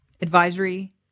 advisory